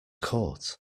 court